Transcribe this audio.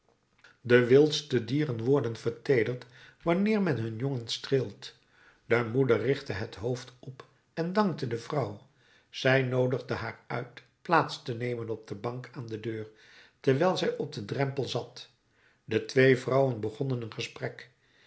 de wildste dieren worden verteederd wanneer men hun jongen streelt de moeder richtte het hoofd op en dankte de vrouw zij noodigde haar uit plaats te nemen op de bank aan de deur terwijl zij op den drempel zat de twee vrouwen begonnen een gesprek